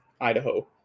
Idaho